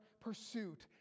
pursuit